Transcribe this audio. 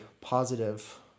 positive